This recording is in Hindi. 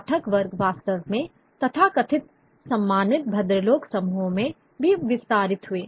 पाठक वर्ग वास्तव में तथाकथित सम्मानित भद्रलोक समूहों में भी विस्तारित हुए